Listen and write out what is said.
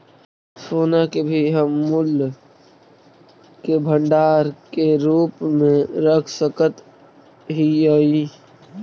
सोना के भी हम मूल्य के भंडार के रूप में रख सकत हियई